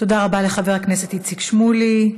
תודה רבה לחבר הכנסת איציק שמולי.